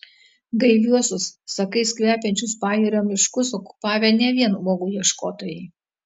gaiviuosius sakais kvepiančius pajūrio miškus okupavę ne vien uogų ieškotojai